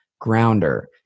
grounder